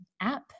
app